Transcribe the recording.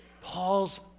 Paul's